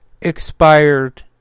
expired